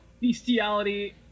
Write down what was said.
bestiality